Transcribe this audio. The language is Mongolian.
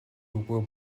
үгүй